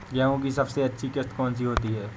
गेहूँ की सबसे अच्छी किश्त कौन सी होती है?